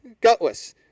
Gutless